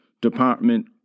department